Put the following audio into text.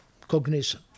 cognition